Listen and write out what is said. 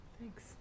Thanks